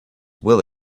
will